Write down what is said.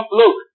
look